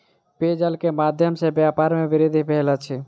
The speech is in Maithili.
पेयजल के माध्यम सॅ व्यापार में वृद्धि भेल अछि